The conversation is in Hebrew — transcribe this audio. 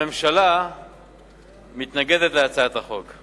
הממשלה מתנגדת להצעת החוק.